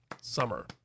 summer